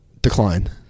Decline